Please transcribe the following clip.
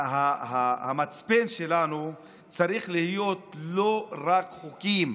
המצפן שלנו צריך להיות לא רק חוקים